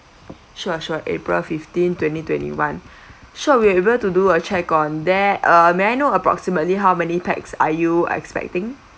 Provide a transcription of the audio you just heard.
sure sure april fifteen twenty twenty-one sure we are able to do a check on that uh may I know approximately how many pax are you expecting